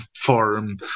forum